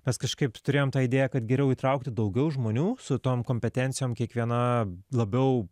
mes kažkaip turėjom tą idėją kad geriau įtraukti daugiau žmonių su tom kompetencijom kiekviena labiau